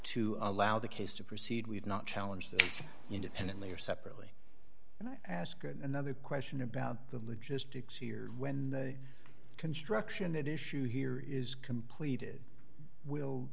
to allow the case to proceed we've not challenged independently or separately and i ask another question about the logistics here when the construction it issue here is completed will